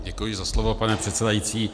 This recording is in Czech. Děkuji za slovo, pane předsedající.